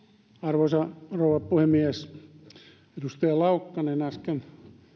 arvoisa rouva puhemies edustaja laukkanen äsken